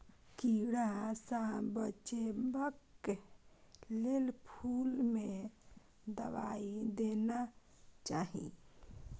कीड़ा सँ बचेबाक लेल फुल में दवाई देना चाही